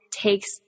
takes